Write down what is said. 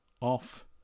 Off